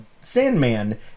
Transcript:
Sandman